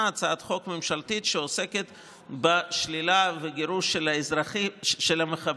הצעת חוק ממשלתית שעוסקת בשלילה ובגירוש של המחבלים